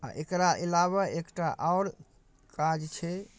आ एकरा अलावा एकटा आओर काज छै